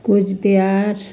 Cooch Behar